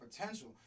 potential